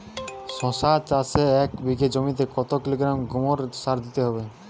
শশা চাষে এক বিঘে জমিতে কত কিলোগ্রাম গোমোর সার দিতে হয়?